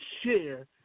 share